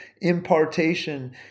impartation